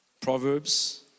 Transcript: Proverbs